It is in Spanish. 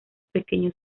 pequeños